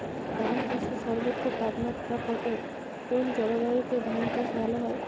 ধান চাষে সর্বোচ্চ তাপমাত্রা কত কোন জলবায়ুতে ধান চাষ ভালো হয়?